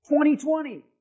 2020